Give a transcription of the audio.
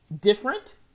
different